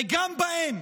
וגם בהם